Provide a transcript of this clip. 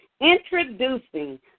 Introducing